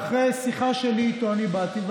ואחרי שיחה שלי איתו אני באתי,